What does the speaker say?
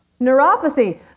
neuropathy